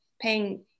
paying